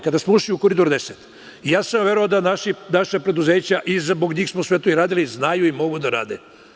Kada smo ušli u Koridor 10, 2008. godine, ja sam verovao da naša preduzeća, zbog njih smo sve to radili, znaju i mogu da rade.